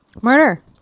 Murder